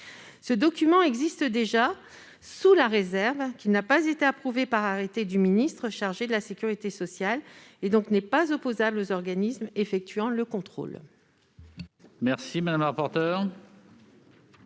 Ce document existe déjà, mais il n'a pas été approuvé par arrêté du ministre chargé de la sécurité sociale : il n'est donc pas opposable aux organismes effectuant le contrôle.